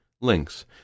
Links